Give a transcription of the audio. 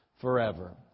forever